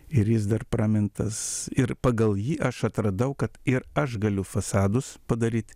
ir jis dar pramintas ir pagal jį aš atradau kad ir aš galiu fasadus padaryt